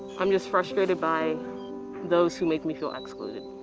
i'm just frustrated by those who make me feel excluded.